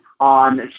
on